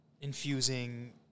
infusing